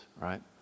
right